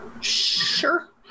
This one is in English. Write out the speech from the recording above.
sure